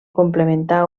complementar